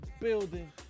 building